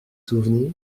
souvenirs